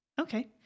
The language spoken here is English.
Okay